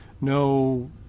no